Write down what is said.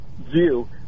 view